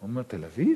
הוא אומר: תל-אביב?